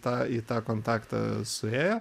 tą į tą kontaktą suėjo